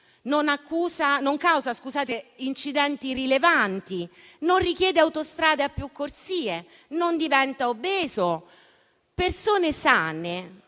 non causa incidenti rilevanti, non richiede autostrade a più corsie e non diventa obeso. Le persone sane